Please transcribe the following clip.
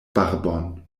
barbon